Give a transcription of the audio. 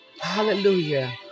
Hallelujah